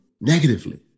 negatively